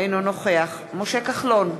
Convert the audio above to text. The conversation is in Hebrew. אינו נוכח משה כחלון,